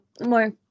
more